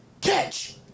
catch